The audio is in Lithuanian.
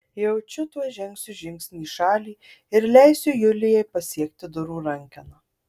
jaučiu tuoj žengsiu žingsnį į šalį ir leisiu julijai pasiekti durų rankeną